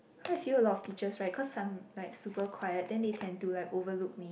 quite a few lot of teachers right cause some like super quite then they can do like overlook me